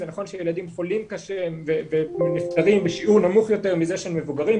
זה נכון שילדים חולים קשה ונפטרים בשיעור נמוך יותר מזה של מבוגרים,